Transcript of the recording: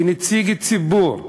כנציג ציבור,